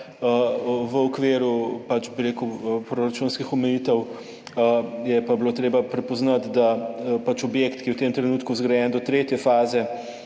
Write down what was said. v okviru proračunskih omejitev je pa bilo treba prepoznati, da je objekt, ki je v tem trenutku zgrajen do tretje faze,